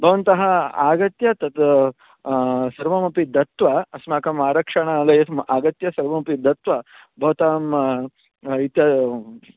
भवन्तः आगत्य तद् सर्वमपि दत्वा अस्माकम् आरक्षणालयम् आगत्य सर्वमपि दत्वा भवतां इत्यम्